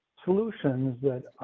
solutions that